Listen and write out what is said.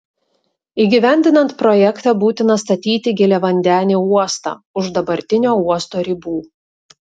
įgyvendinant projektą būtina statyti giliavandenį uostą už dabartinio uosto ribų